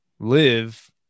live